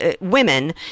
women